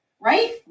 right